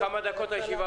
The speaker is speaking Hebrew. הישיבה